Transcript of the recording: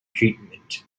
treatment